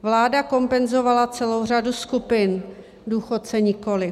Vláda kompenzovala celou řadu skupin, důchodce nikoliv.